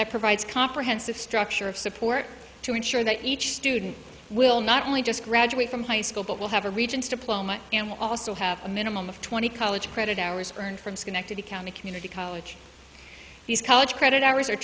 that provides comprehensive structure of support to ensure that each student will not only just graduate from high school but will have a regents diploma and also have a minimum of twenty college credit hours earned from schenectady county community college these college credit hours